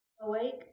Awake